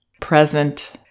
present